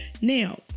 Now